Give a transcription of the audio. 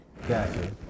Gotcha